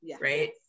Right